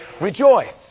rejoice